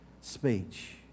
speech